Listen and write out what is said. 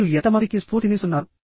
మీరు ఎంతమందికి స్ఫూర్తినిస్తున్నారు